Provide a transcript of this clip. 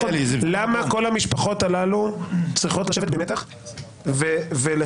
למה כל המשפחות הללו צריכות לשבת במתח ולחכות,